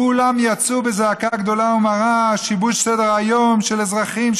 כולם יצאו בזעקה גדולה ומרה: שיבוש סדר-היום של אזרחים,